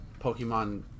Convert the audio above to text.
Pokemon